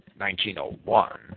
1901